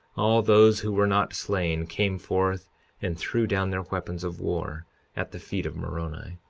all those who were not slain, came forth and threw down their weapons of war at the feet of moroni,